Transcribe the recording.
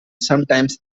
sometimes